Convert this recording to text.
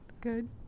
Good